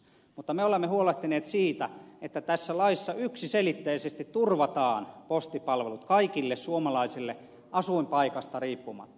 mutta me olemme huolehtineet siitä että tässä laissa yksiselitteisesti turvataan postipalvelut kaikille suomalaisille asuinpaikasta riippumatta